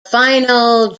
final